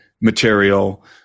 material